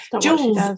Jules